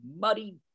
muddy